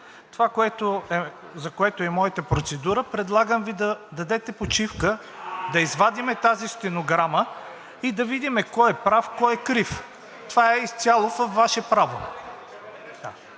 Това, за което е моята процедура – предлагам Ви да дадете почивка, да извадим тази стенограма и да видим кой е прав, кой е крив. Това е изцяло Ваше право.